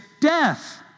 death